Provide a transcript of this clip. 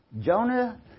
Jonah